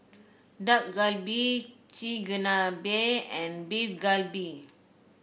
Dak Galbi Chigenabe and Beef Galbi